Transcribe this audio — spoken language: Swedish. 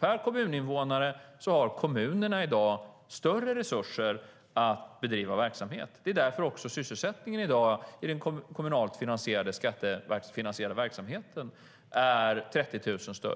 Per kommuninvånare har kommunerna i dag större resurser att bedriva verksamhet. Det är också därför sysselsättningen i dag i den kommunalt skattefinansierade verksamheten är 30 000 större.